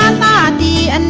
ah lobby and